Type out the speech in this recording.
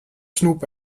snoep